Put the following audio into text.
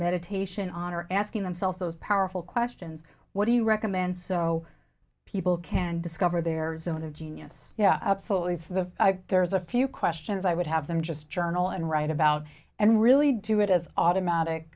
meditation on or asking themselves those powerful questions what do you recommend so people can discover their zone of genius yeah absolutely for the there's a few questions i would have them just journal and write about and really do it as automatic